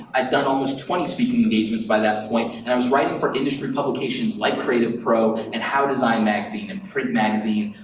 i had done almost twenty speaking engagements by that point and i was writing for industry publications like creativepro, and how design magazine and print magazine,